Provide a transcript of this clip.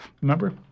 Remember